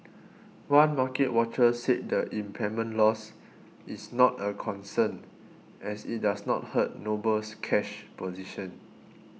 one market watcher said the impairment loss is not a concern as it does not hurt Noble's cash position